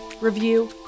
review